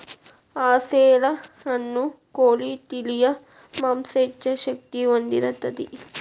ಅಸೇಲ ಅನ್ನು ಕೋಳಿ ತಳಿಯ ಮಾಂಸಾ ಹೆಚ್ಚ ಶಕ್ತಿ ಹೊಂದಿರತತಿ